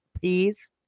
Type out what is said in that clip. please